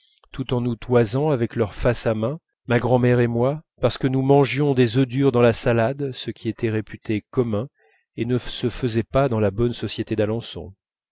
tout en nous toisant avec leur face à main ma grand'mère et moi parce que nous mangions des œufs durs dans la salade ce qui était réputé commun et ne se faisait pas dans la bonne société d'alençon